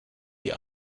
die